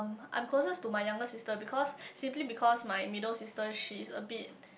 ma~ I'm closest to my younger sister because simply because my middle sister she is a bit